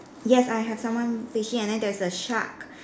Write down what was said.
yes I have someone fishing and then there's a shark